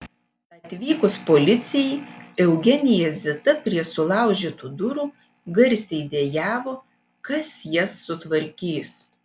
atvykus policijai eugenija zita prie sulaužytų durų garsiai dejavo kas jas sutvarkys